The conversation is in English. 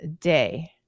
day